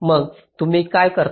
मग तुम्ही काय करता